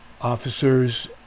officers